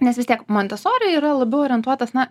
nes vis tiek montesori yra labiau orientuotas na